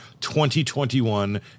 2021